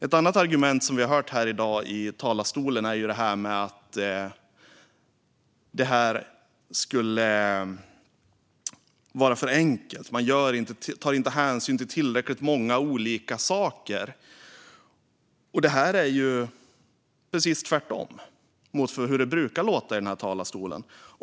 Ett annat argument som vi har hört här i dag från talarstolen är att reglerna skulle vara för enkla och inte tar hänsyn till tillräckligt många saker. Det är precis tvärtemot hur det brukar låta i den här talarstolen.